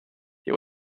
you